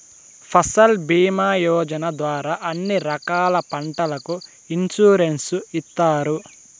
ఫసల్ భీమా యోజన ద్వారా అన్ని రకాల పంటలకు ఇన్సురెన్సు ఇత్తారు